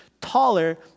taller